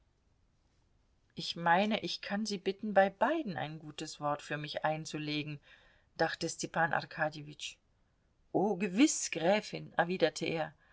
ich meine ich kann sie bitten bei beiden ein gutes wort für mich einzulegen dachte stepan arkadjewitsch o gewiß gräfin erwiderte er